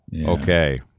Okay